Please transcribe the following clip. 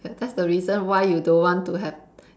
that's the reason why you don't want to have